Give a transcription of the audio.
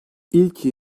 i̇lki